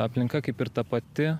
aplinka kaip ir ta pati